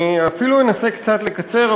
אני אפילו אנסה קצת לקצר,